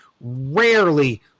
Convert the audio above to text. rarely